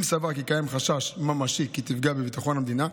אם סבר כי קיים חשש ממשי כי תפגע בביטחון המדינה,